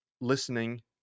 listening